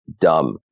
dumb